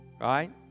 right